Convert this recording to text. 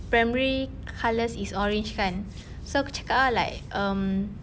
primary colours is orange kan so aku cakap ah like um